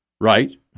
Right